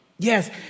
Yes